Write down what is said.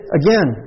again